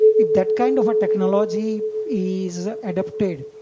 if that kind of a technology is ah adapted,